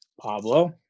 Pablo